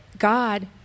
God